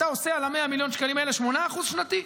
אתה עושה על ה-100 מיליון שקלים האלה 8% שנתי.